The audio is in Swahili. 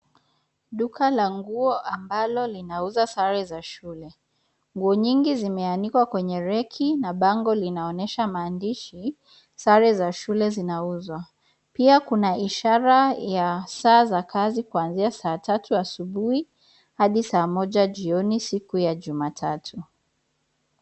Duka la nguo ambalo linauza sare za shule. Nguo nyingi zimeanikwa kwenye reki na bango linaonesha maandishi sare za shule zinauzwa, pia kuna ishara ya saa za kazi kuanzia saa tatu asubuhi hadi saa moja jioni siku ya juma tatu.